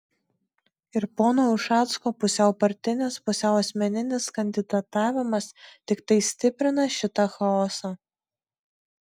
ir pono ušacko pusiau partinis pusiau asmeninis kandidatavimas tiktai stiprina šitą chaosą